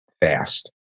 fast